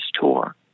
tour